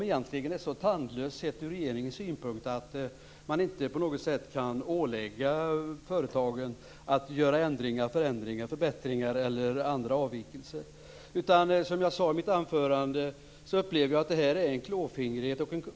Egentligen är den så tandlös, sett ur regeringens synpunkt, att man inte på något sätt kan ålägga företagen att göra förändringar, förbättringar eller andra avvikelser. Som jag sade i mitt anförande upplever jag att detta är en klåfingrighet.